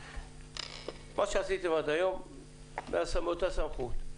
מה שעשיתם עד היום זה מאותה סמכות.